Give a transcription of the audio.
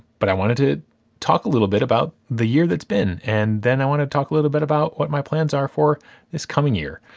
but i wanted to talk a little bit about the year that's been, and then i want to talk a little bit about what my plans are for this coming year.